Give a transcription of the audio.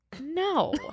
No